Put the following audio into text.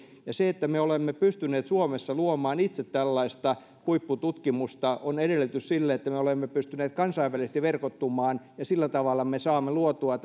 se että me olemme pystyneet suomessa luomaan itse tällaista huippututkimusta on edellytys sille että me olemme pystyneet kansainvälisesti verkottumaan ja sillä tavalla me saamme luotua